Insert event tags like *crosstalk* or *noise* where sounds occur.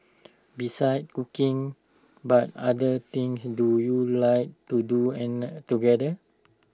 besides cooking but other things do you like to do *unintelligible* together